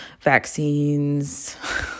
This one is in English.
vaccines